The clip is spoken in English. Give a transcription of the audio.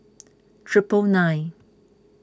triple nine